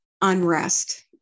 unrest